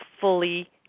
fully